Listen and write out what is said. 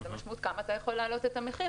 אז המשמעות היא כמה אתה יכול להעלות את המחיר.